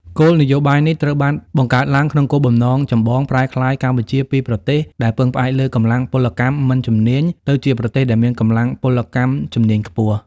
គោលនយោបាយនេះ ត្រូវបានបង្កើតឡើងក្នុងគោលបំណងចម្បង ប្រែក្លាយកម្ពុជាពីប្រទេសដែលពឹងផ្អែកលើកម្លាំងពលកម្មមិនជំនាញ ទៅជាប្រទេសដែលមានកម្លាំងពលកម្មជំនាញខ្ពស់។